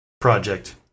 project